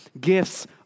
gifts